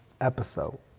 episode